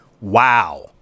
wow